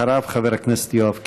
אחריו, חבר הכנסת יואב קיש.